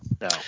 No